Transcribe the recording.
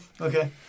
Okay